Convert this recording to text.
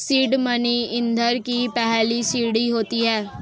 seed money ईंधन की पहली सीढ़ी होता है